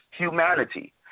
Humanity